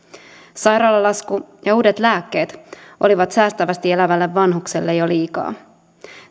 sairaalalasku ja uudet lääkkeet olivat säästävästi elävälle vanhukselle jo liikaa